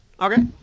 Okay